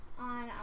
on